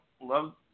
love